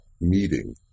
meeting